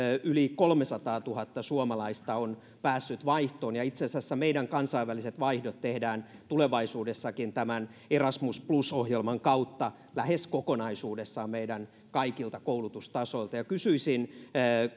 yli kolmesataatuhatta suomalaista on päässyt vaihtoon ja itse asiassa meidän kansainväliset vaihdot tehdään tulevaisuudessakin tämän erasmus plus ohjelman kautta lähes kokonaisuudessaan meidän kaikilta koulutustasoilta kysyisin